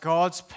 God's